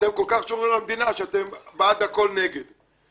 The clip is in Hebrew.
אתם כל כך שומרים על המדינה שאתם בעד להיות נגד הכול.